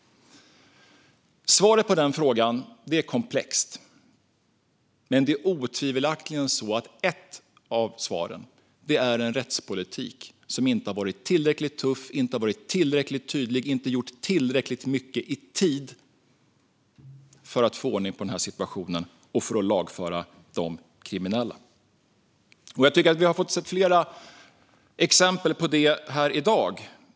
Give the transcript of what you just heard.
Svaret på den frågan är komplext. Men det är otvivelaktigt så att ett av svaren är en rättspolitik som inte varit tillräckligt tuff, inte varit tillräckligt tydlig och inte gjort tillräckligt mycket i tid för att få ordning på situationen och för att lagföra de kriminella. Jag tycker att vi har fått se flera exempel på detta här i dag.